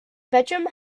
bedroom